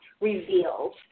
reveals